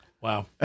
Wow